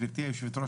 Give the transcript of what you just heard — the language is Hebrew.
גברתי היושבת-ראש,